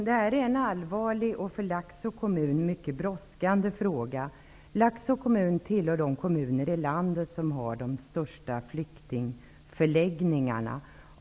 Herr talman! Detta är för Laxå kommun en mycket allvarlig och brådskande fråga. Laxå tillhör de kommuner i landet som har de största flyktingförläggningarna.